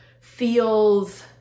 feels